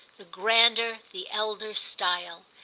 the grander, the elder style.